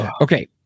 Okay